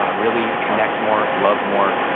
ah really connect more and love more,